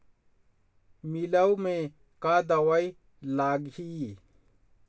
लिमाऊ मे का दवई लागिही?